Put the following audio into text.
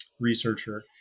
researcher